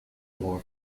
war